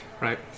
Right